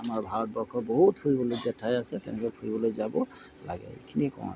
আমাৰ ভাৰতবৰ্ষৰ বহুত ফুৰিবলগীয়া ঠাই আছে তেওঁলোকে ফুৰিবলৈ যাব লাগে এইখিনিয়ে কওঁ আৰু